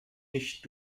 nicht